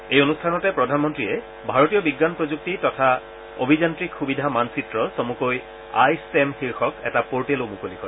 এই অনুষ্ঠানতে প্ৰধানমন্ত্ৰীয়ে ভাৰতীয় বিজ্ঞান প্ৰযুক্তি তথা অভিযান্ত্ৰিক সুবিধা মানচিত্ৰ চমুকৈ আই ট্টেম শীৰ্ষক এটা পৰ্টেলো মুকলি কৰে